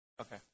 Okay